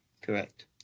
Correct